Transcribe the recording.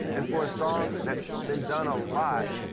and for a song that's been done a lot,